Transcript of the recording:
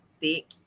thick